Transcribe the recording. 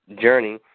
journey